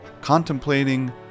contemplating